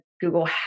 Google